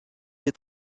des